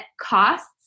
costs